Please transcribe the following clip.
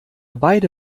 beide